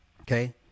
okay